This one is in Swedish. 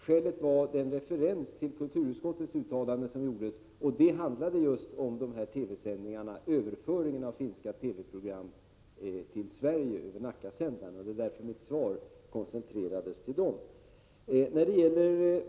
Skälet var den referens som gjordes till kulturutskottets uttalande, och det handlade just om överföring av finska TV-program till Sverige över Nackasändaren. Det var därför mitt svar koncentrerades till dem.